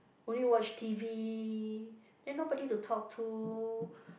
only watch t_v then nobody to talk to